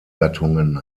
gattungen